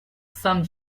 some